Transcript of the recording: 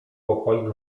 pokoik